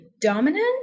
dominant